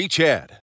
Chad